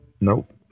Nope